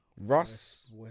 Russ